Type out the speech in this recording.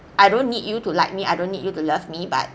I don't need you to like me I don't need you to love me but